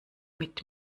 mit